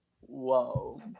whoa